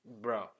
bro